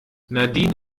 nadine